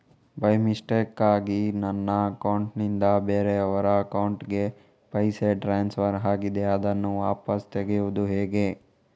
By ಮಿಸ್ಟೇಕಾಗಿ ನನ್ನ account ನಿಂದ ಬೇರೆಯವರ ಅಕೌಂಟ್ ಗೆ ಪೈಸೆ ಟ್ರಾನ್ಸ್ಫರ್ ಆಗಿದೆ ಅದನ್ನು ವಾಪಸ್ ತೆಗೆಯೂದು ಹೇಗೆ?